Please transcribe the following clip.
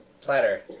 platter